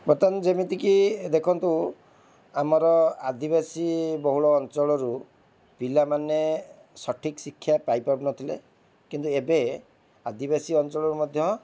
ବର୍ତ୍ତମାନ ଯେମିତିକି ଦେଖନ୍ତୁ ଆମର ଆଦିବାସୀ ବହୁଳ ଅଞ୍ଚଳରୁ ପିଲାମାନେ ସଠିକ୍ ଶିକ୍ଷା ପାଇପାରୁନଥିଲେ କିନ୍ତୁ ଏବେ ଆଦିବାସୀ ଅଞ୍ଚଳରୁ ମଧ୍ୟ